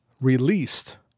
released